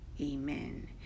amen